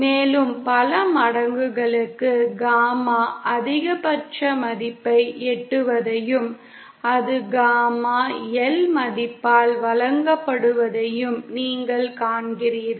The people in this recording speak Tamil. மேலும் பல மடங்குகளுக்கு காமா அதிகபட்ச மதிப்பை எட்டுவதையும் அது காமா L மதிப்பால் வழங்கப்படுவதையும் நீங்கள் காண்கிறீர்கள்